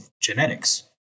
genetics